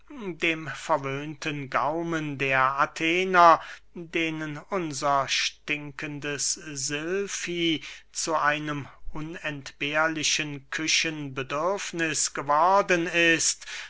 dem verwöhnten gaumen der athener denen unser stinkendes silfi zu einem unentbehrlichen küchenbedürfniß geworden ist